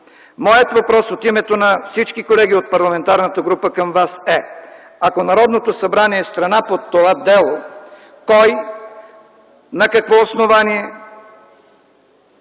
Моят въпрос от името на всички колеги от парламентарната група към Вас е: ако Народното събрание е страна по това дело, кой, на какво основание